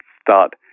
start